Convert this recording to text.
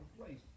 place